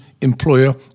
employer